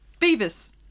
Beavis